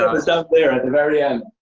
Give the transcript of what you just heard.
ah the stuff there at the very end.